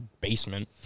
basement